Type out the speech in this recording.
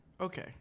okay